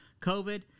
COVID